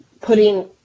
putting